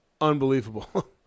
unbelievable